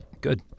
Good